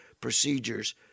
procedures